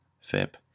FIP